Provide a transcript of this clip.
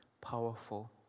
powerful